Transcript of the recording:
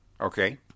Okay